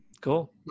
Cool